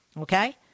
Okay